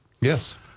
Yes